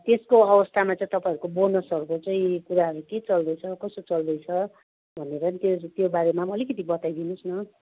त्यसको अवस्थामा चाहिँ तपाईँको बोनसहरूको चाहिँ कुराहरू के चल्दैछ कस्तो चल्दैछ भनेर नि त्यो त्यो बारेमा पनि अलिकति बताइदिनुहोस् न